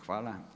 Hvala.